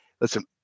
Listen